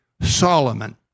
Solomon